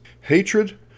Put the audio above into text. hatred